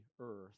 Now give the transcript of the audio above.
earth